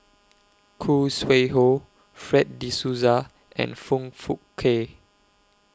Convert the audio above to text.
Khoo Sui Hoe Fred De Souza and Foong Fook Kay